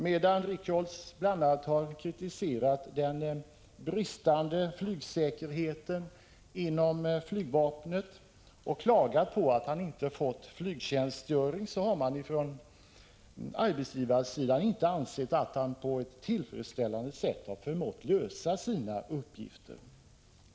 Medan Richholtz bl.a. har kritiserat den bristande flygsäkerheten inom flygvapnet och klagat på att han inte fått flygtjänstgöring, har man från arbetsgivarsidan ansett att han inte på ett tillfredsställande sätt har förmått lösa sina uppgifter.